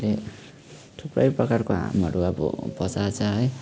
अहिले थुप्रै प्रकारको हार्महरू अब पुर्याएको छ है